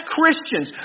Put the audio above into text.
Christians